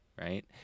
right